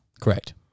Correct